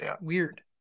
Weird